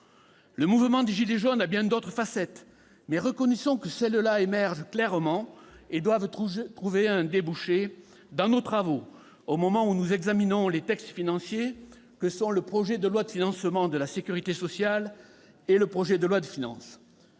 Le mouvement des « gilets jaunes » a bien d'autres facettes, mais reconnaissons que celles-là émergent clairement et doivent trouver un débouché dans nos travaux, au moment où nous examinons les textes financiers que sont le projet de loi de financement de la sécurité sociale et le projet de loi de finances.